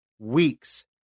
Weeks